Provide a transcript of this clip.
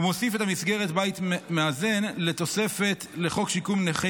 ומוסיף את המסגרת בית מאזן לתוספת לחוק שיקום נכי